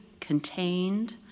contained